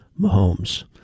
Mahomes